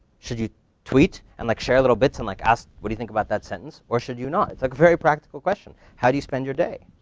should you tweet and like share little bits and like ask, what do you think about that sentence? or should you not? it's a very practical question. how do you spend your day?